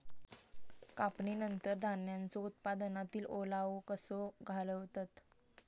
कापणीनंतर धान्यांचो उत्पादनातील ओलावो कसो घालवतत?